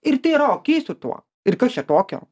ir tai yra okei su tuo ir kas čia tokio